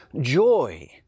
joy